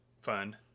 fun